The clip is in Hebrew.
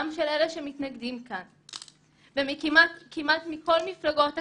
גם של אלה שמתנגדים כאן, וכמעט מכל מפלגות הכנסת,